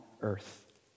earth